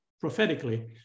prophetically